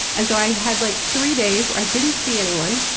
and so i had like three days where i didn't see anyone,